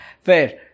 Fair